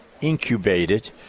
incubated